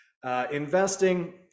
investing